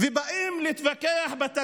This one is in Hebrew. באים להתווכח, בתקציב,